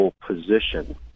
position